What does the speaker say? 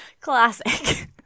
Classic